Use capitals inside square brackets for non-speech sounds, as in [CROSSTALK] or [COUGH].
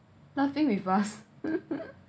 laughing with us [LAUGHS]